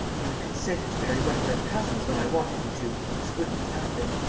if you had consented to marry one of your cousins when i wanted you to this wouldn't have happened.